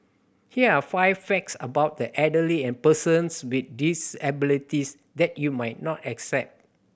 here are five facts about the elderly and persons with disabilities that you might not expect